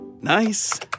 Nice